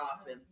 often